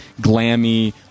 glammy